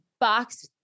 box